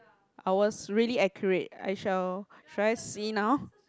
I was really accurate I shall should I see now